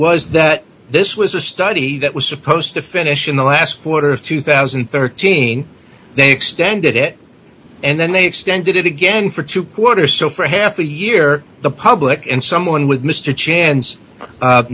was that this was a study that was supposed to finish in the last quarter of two thousand and thirteen they extended it and then they extended it again for two quarter so for half a year the public and someone with mr chan